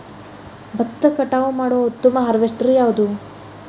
ಭತ್ತ ಕಟಾವು ಮಾಡುವ ಉತ್ತಮ ಹಾರ್ವೇಸ್ಟರ್ ಯಾವುದು?